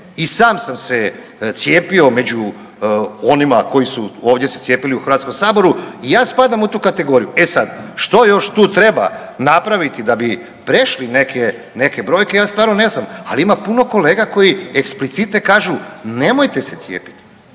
i sam sam se cijepio među onima koji su ovdje se cijepili u HS-u i ja spadam u tu kategoriju. E sad, što još tu treba napraviti da bi prešli neke, neke brojke ja stvarno ne znam, ali ima puno kolega koji eksplicite kažu nemojte se cijepiti.